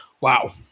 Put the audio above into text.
Wow